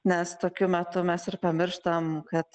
nes tokiu metu mes ir pamirštam kad